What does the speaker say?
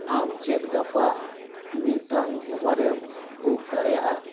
ᱟᱢ ᱪᱮᱫ ᱜᱟᱯᱟ ᱢᱤᱫᱴᱟᱝ ᱩᱵᱟᱨᱮᱢ ᱵᱩᱠ ᱫᱟᱲᱮᱭᱟᱜᱼᱟ